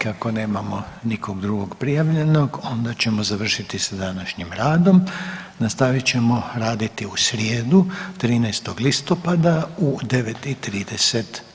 Kako nemamo nikog drugog prijavljenog onda ćemo završiti s današnjim radom, nastavit ćemo raditi u srijedu 13. listopada u 9,30.